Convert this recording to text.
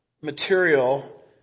material